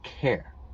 care